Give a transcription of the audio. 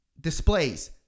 displays